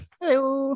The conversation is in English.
Hello